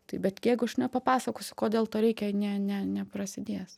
tai bet jeigu aš nepapasakosiu kodėl to reikia ne ne neprasidės